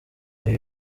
ibi